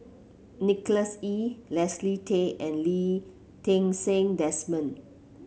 Nicholas Ee Leslie Tay and Lee Ti Seng Desmond